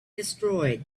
destroyed